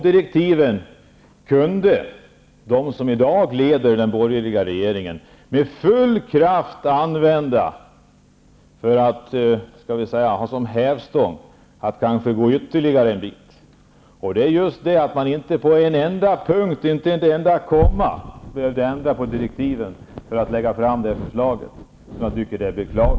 De som leder den borgerliga regeringen i dag skulle med full kraft kunna använda de direktiven, t.ex. som en hävstång för att kunna gå fram ytterligare. Jag tycker att det är beklagligt att man inte på en enda punkt, inte ett enda komma, kunde ändra på direktiven för att lägga fram ett förslag.